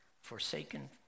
forsaken